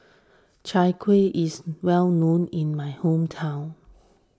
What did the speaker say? Chai Kueh is well known in my hometown